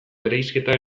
bereizketa